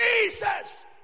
Jesus